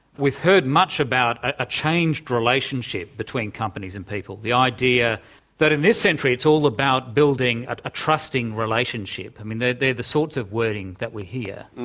we've heard much about a changed relationship between companies and people. the idea that in this century it's all about building a trusting relationship. i mean they're the sorts of wording that we hear.